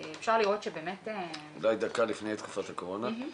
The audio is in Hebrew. אולי לפני תקופת הקורונה.